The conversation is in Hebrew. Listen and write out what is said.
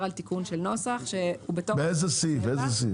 על תיקון של נוסח שהוא בתוך --- באיזה סעיף?